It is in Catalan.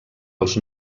els